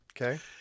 Okay